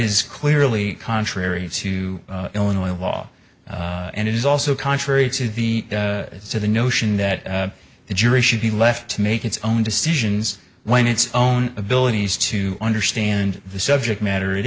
is clearly contrary to illinois law and it is also contrary to the notion that the jury should be left to make its own decisions when its own abilities to understand the subject matter i